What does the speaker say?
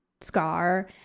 scar